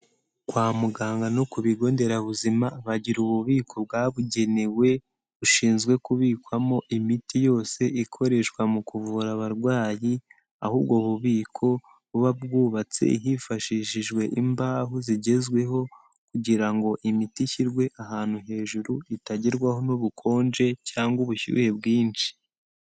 Kwa muganga no ku bigo nderabuzima bagira ububiko bwabugenewe bushinzwe kubikwamo imiti yose ikoreshwa mu kuvura abarwayi, aho ubwo bubiko buba bwubatse hifashishijwe imbaho zigezweho, kugira ngo imiti ishyirwe ahantu hejuru itagerwaho n'ubukonje cyangwa ubushyuhe bwinshi.